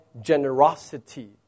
generosity